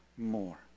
more